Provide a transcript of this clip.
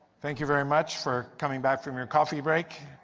thank you very much for coming back from your coffee break.